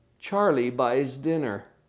charlie buys dinner.